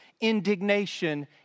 indignation